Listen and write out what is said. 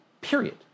Period